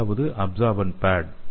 நான்காவது absorbent bad